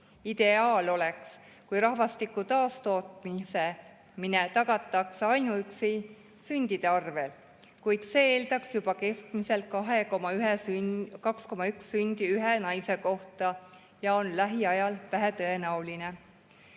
Ideaal oleks, kui rahvastiku taastootmine tagataks ainuüksi sündide abil, kuid see eeldaks juba keskmiselt 2,1 sündi ühe naise kohta ja on lähiajal vähetõenäoline.